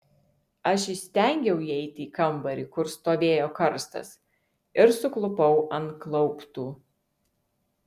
aš įstengiau įeiti į kambarį kur stovėjo karstas ir suklupau ant klauptų